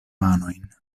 manojn